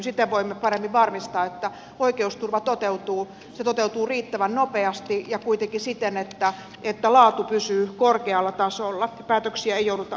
siten voimme paremmin varmistaa että oikeusturva toteutuu se toteutuu riittävän nopeasti ja kuitenkin siten että laatu pysyy korkealla tasolla ja päätöksiä ei jouduta odottamaan